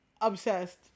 obsessed